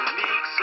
mix